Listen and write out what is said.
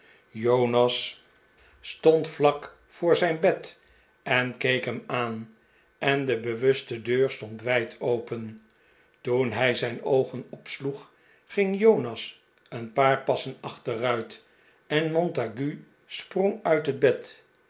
jonas stond vlak voor zijn bed en keek hem aan en de bewuste deur stond wijd open toen hij zijn oogen opsloeg ging jonas een paar passen achteruit en montague sprong uit het bed